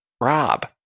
Rob